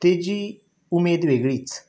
तेजी उमेद वेगळीच